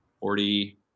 Forty